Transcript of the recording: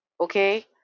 okay